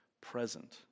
present